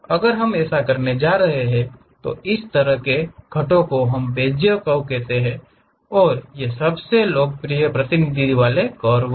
अगर हम ऐसा करने जा रहे हैं तो उस तरह के घटों को हम बेज़ियर कर्व्स कहते हैं और ये सबसे लोकप्रिय प्रतिनिधित्व वाले कर्व हैं